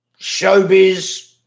showbiz